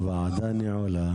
הוועדה נעולה.